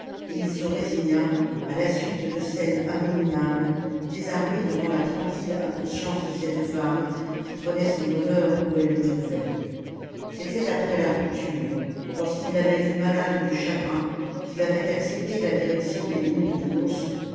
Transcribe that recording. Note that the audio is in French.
et il se résigna à la suite de scènes abominables désarmé devant la tranquille inconscience de cette femme qui prenait son bonheur où elle le trouvait c'était après la rupture lorsqu'il l'avait vue malade de chagrin qu'il avait accepté la direction des mines de montsou